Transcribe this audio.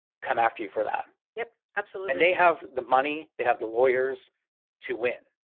come after you for that. yep, absolutely. and they have the money, they have the lawyers to win.